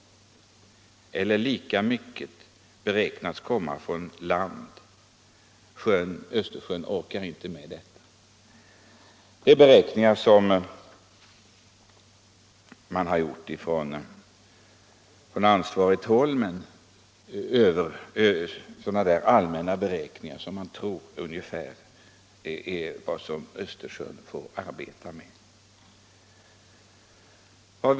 Lika mycket beräknas komma från land. Östersjön orkar inte med detta. Det är beräkningar som har gjorts på ansvarigt håll, men det är allmänna beräkningar av vad man tror att Östersjön får ta emot.